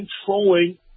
controlling